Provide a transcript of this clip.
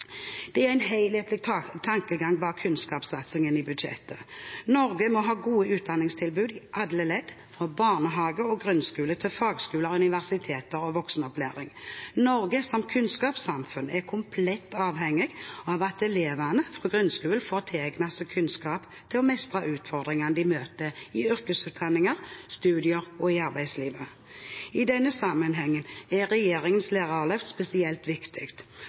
Det er en helhetlig tankegang bak kunnskapssatsingen i budsjettet. Norge må ha gode utdanningstilbud i alle ledd, fra barnehage og grunnskole til fagskoler, universiteter og voksenopplæring. Norge som kunnskapssamfunn er komplett avhengig av at elevene fra grunnskolen får tilegnet seg kunnskap til å mestre utfordringene de møter i yrkesutdanninger, studier og arbeidsliv. I denne sammenhengen er regjeringens lærerløft spesielt viktig.